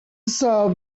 solve